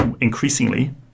increasingly